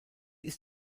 ist